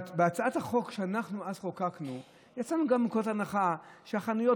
בהצעת החוק שאנחנו חוקקנו אז יצאנו גם מתוך נקודת הנחה שהחנויות